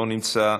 לא נמצא,